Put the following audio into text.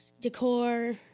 decor